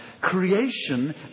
creation